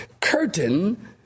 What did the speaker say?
curtain